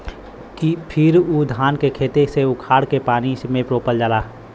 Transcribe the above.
फिर उ धान के खेते से उखाड़ के पानी में रोपल जाला